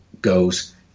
goes